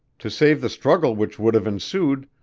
to save the struggle which would have ensued,